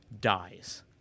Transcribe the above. dies